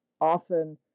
often